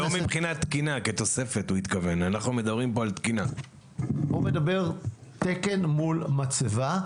הוא מדבר על תקן מול מצבה,